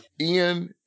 Ian